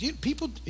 people